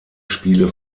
spiele